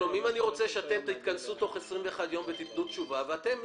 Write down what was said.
אני רוצה שאתם תתכנסו תוך 21 יום ותיתנו תשובה ואתם,